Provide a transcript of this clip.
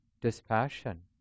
dispassion